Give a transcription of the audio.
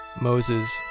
Moses